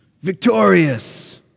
victorious